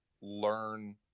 learn